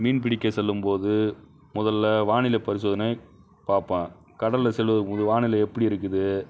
மீன் பிடிக்க செல்லும்போது முதல்ல வானிலை பரிசோதனை பார்ப்பேன் கடலில் செல்வதுக்கு மொதோல் வானிலை எப்படி இருக்குது